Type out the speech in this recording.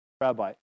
rabbi